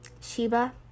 Sheba